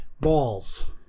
balls